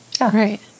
Right